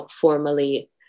formally